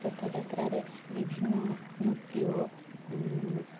ରଥଯାତ୍ରାରେ ବିଭିନ୍ନ ନୃତ୍ୟ